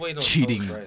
cheating